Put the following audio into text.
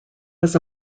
was